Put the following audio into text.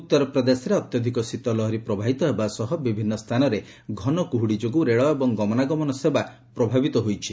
ଉତ୍ତରପ୍ରଦେଶରେ ଅତ୍ୟଧିକ ଶୀତଲହରୀ ପ୍ରବାହିତ ହେବା ସହ ବିଭିନ୍ନ ସ୍ଥାନରେ ଘନକୁହୁଡ଼ି ଯୋଗୁଁ ରେଳ ଏବଂ ଗମନାଗମନ ସେବା ପ୍ରଭାବିତ ହେଉଛି